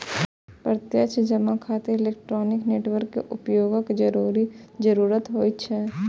प्रत्यक्ष जमा खातिर इलेक्ट्रॉनिक नेटवर्क के उपयोगक जरूरत होइ छै